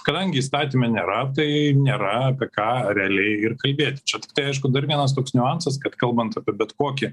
kadangi įstatyme nėra tai nėra apie ką realiai ir kalbėti čia tiktai aišku dar vienas toks niuansas kad kalbant apie bet kokį